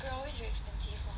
Grab always very expensive [one]